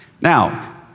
Now